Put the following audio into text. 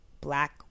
black